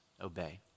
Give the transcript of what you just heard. obey